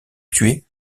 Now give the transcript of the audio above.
tué